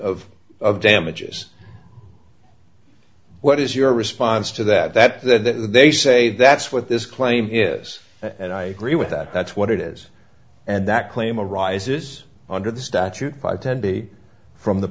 award of damages what is your response to that though they say that's what this claim is and i agree with that that's what it is and that claim arises under the statute five ten b from the